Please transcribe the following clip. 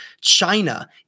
china